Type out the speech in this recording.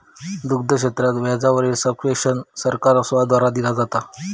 दुग्ध क्षेत्रात व्याजा वरील सब्वेंशन सरकार द्वारा दिला जाता